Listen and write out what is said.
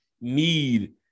need